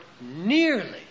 nearly